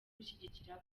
gushyigikira